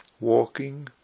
walking